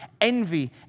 envy